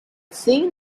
seen